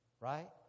Right